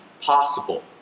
possible